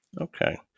Okay